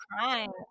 crying